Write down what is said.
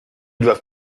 doivent